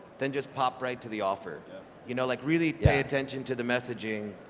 then just pop right to the offer you know, like really pay attention to the messaging,